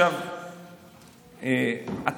בועז ביסמוט (הליכוד): היא לא אמרה את זה.